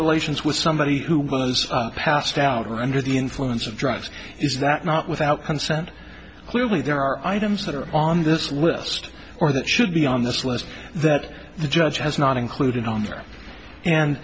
relations with somebody who was passed out or under the influence of drugs is that not without consent clearly there are items that are on this list or that should be on this list that the judge has not included on there and